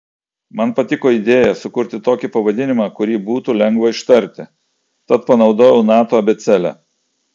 man patiko idėja sukurti tokį pavadinimą kurį būtų lengva ištarti tad panaudojau nato abėcėlę